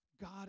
God